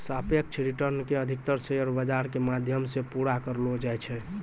सापेक्ष रिटर्न के अधिकतर शेयर बाजार के माध्यम से पूरा करलो जाय छै